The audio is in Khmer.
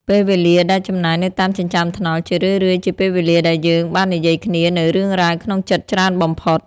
ពេលវេលាដែលចំណាយនៅតាមចិញ្ចើមថ្នល់ ជារឿយៗជាពេលវេលាដែលយើងបាននិយាយគ្នានូវរឿងរ៉ាវក្នុងចិត្តច្រើនបំផុត។